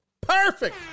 Perfect